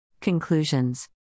Conclusions